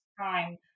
time